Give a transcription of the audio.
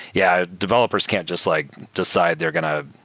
yeah, developers can't just like decide they're going to